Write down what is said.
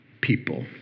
people